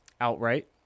outright